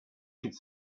should